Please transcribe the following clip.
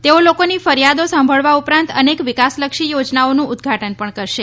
તેઓ લોકોની ફરિયાદો સાંભળવા ઉપરાંત અનેક વિકાસલક્ષી યોજનાઓનું ઉદઘાટન પણ કરશે